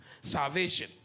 salvation